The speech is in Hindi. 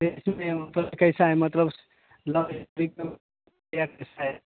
देख चुके वह कैसा है मतलब है